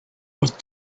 with